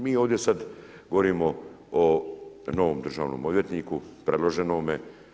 Mi ovdje sad govorimo o novom državnom odvjetniku predloženome.